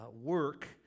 work